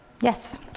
Yes